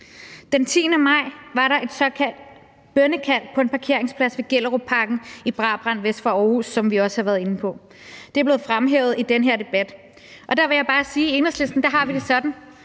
Den 10. maj var der et såkaldt bønnekald på en parkeringsplads i Gellerupparken i Brabrand vest for Aarhus, som vi også har været inde på – det er blevet fremhævet i den her debat. Og der vil jeg bare sige, at i Enhedslisten har vi det sådan,